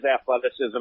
athleticism